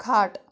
खाट